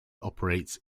operates